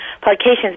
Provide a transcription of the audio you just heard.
publications